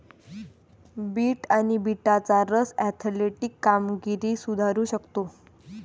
bit आणि बीटचा रस ऍथलेटिक कामगिरी सुधारू शकतो